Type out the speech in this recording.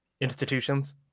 institutions